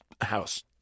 house